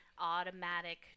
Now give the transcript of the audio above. automatic